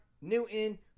Newton